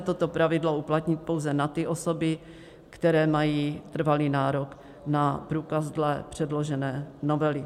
Toto pravidlo nelze uplatnit pouze na ty osoby, které mají trvalý nárok na průkaz dle předložené novely.